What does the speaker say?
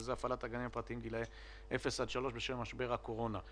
וזה הפעלת הגנים הפרטיים בגילאי אפס עד שלוש בשל משבר הקורונה.